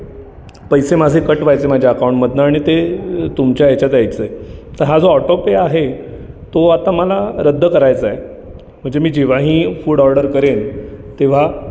पैसे माझे कट व्हायचे माझ्या अकाऊंटमधनं आणि ते तुमच्या ह्याच्यात यायचे तर हा जो ऑटो पे आहे तो आता मला रद्द करायचा आहे म्हणजे मी जेव्हाही फूड ऑर्डर करेन तेव्हा